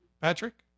Patrick